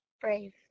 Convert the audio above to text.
Brave